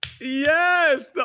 yes